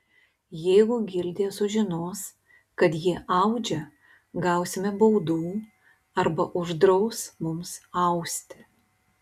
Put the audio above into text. jeigu gildija sužinos kad ji audžia gausime baudų arba uždraus mums austi